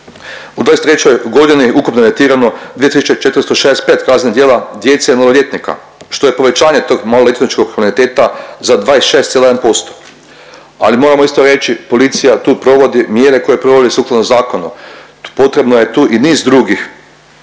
U '23. g. ukupno je evidentirano 2 465 kaznenih djela djece i maloljetnika, što je povećanje tog maloljetničkog kriminaliteta za 26,1%. Ali, moramo isto reći, policija tu provodi mjere koje provodi sukladno zakonu. Potrebno je tu i niz drugih